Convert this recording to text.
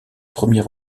premiers